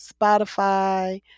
Spotify